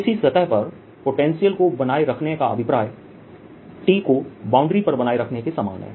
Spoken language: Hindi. किसी सतह पर पोटेंशियल को बनाए रखना का अभिप्राय T को बाउंड्री पर बनाए रखने के समान है